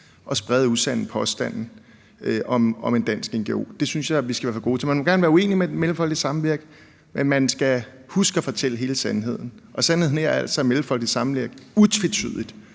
at sprede usande påstande om en dansk ngo. Det synes jeg vi skal være for gode til. Man må gerne være uenige med Mellemfolkeligt Samvirke, men man skal huske at fortælle hele sandheden. Og sandheden her er altså, at Mellemfolkeligt Samvirke utvetydigt